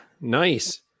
nice